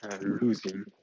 losing